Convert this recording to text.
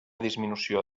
disminució